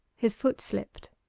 his foot slipped.